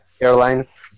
Airlines